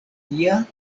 tia